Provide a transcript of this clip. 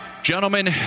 Gentlemen